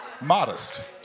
Modest